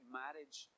marriage